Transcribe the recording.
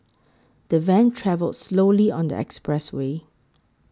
the van travelled slowly on the expressway